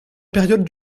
période